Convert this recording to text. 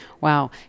Wow